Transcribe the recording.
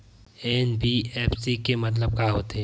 NBFC के मतलब का होथे?